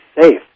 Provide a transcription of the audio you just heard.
safe